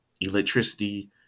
electricity